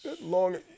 long